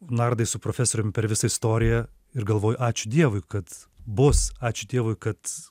nardai su profesorium per visą istoriją ir galvoji ačiū dievui kad bus ačiū dievui kad